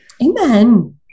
amen